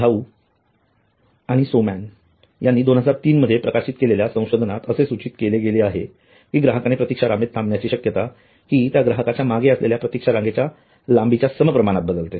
Zhou आणि Soman यांनी 2003 मध्ये प्रकाशित केलेल्या संशोधनात असे सूचित केले आहे की ग्राहकाने प्रतीक्षा रांगेत थांबण्याची शक्यता हि त्या ग्राहकाच्या मागे असलेल्या प्रतीक्षा रांगेच्या लांबीच्या सम प्रमाणात बदलते